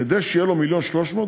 כדי שיהיו לו 1.3 מיליון,